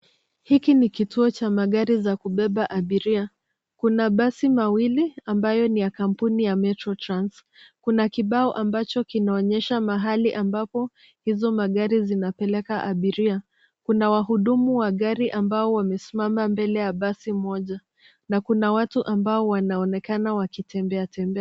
Hiki ni kituo cha magari za kubeba abiria. Kuna basi mawili ambayo ni ya kampuni ya Metro Trans. Kuna kibao ambacho kinaonyesha mahali ambapo hizo magari zinapeleka abiria. Kuna wahudumu wa gari ambao wamesimama mbele ya basi moja na kuna watu ambao wanaonekana wakitembea tembea.